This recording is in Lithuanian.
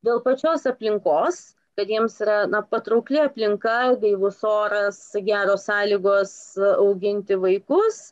dėl pačios aplinkos kad jiems yra na patraukli aplinka gaivus oras geros sąlygos auginti vaikus